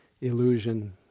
illusion